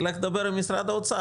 לך תדבר עם משרד האוצר,